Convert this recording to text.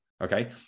okay